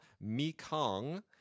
Mekong